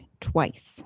twice